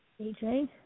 AJ